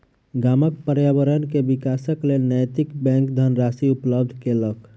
गामक पर्यावरण के विकासक लेल नैतिक बैंक धनराशि उपलब्ध केलक